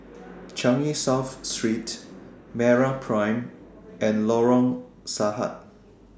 Changi South Street Meraprime and Lorong Sahad